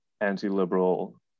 Anti-liberal